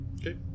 Okay